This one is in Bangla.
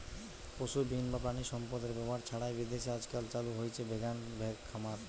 পশুবিহীন বা প্রাণিসম্পদএর ব্যবহার ছাড়াই বিদেশে আজকাল চালু হইচে ভেগান খামার